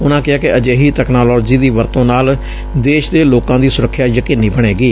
ਉਨੂਾ ਕਿਹਾ ਕਿ ਅਜਿਹੀ ਤਕਨਾਲੋਜੀ ਦੀ ਵਰਤੋਂ ਨਾਲ ਦੇਸ਼ ਦੇ ਲੋਕਾਂ ਦੀ ਸੁਰੱਖਿਆ ਯਕੀਨੀ ਬਣੇਗੀ